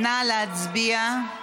נא להצביע.